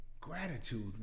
gratitude